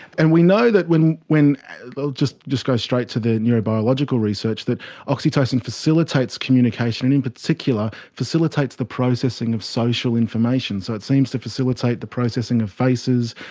and we know that when, i'll just just go straight to the neurobiological research, that oxytocin facilitates communication, in particular facilitates the processing of social information. so it seems to facilitate the processing of faces,